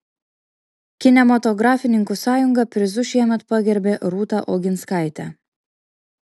kinematografininkų sąjunga prizu šiemet pagerbė rūta oginskaitę